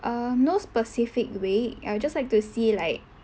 um no specific week err just like to see like